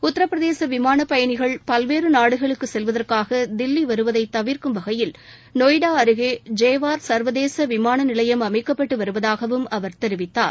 உத்தரப்பிரதேச விமானப் பயனிகள் பல்வேறு நாடுகளுக்கு செல்வதற்காக தில்லி வருவதை தவிர்க்கும் வகையில் நொய்டா அருகே ஜேவார் சர்வதேச விமான நிலையம் அமைக்கப்பட்டு வருவதாகவும் அவர் தெரிவித்தார்